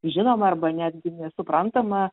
žinoma arba netgi nesuprantama